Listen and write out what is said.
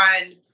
on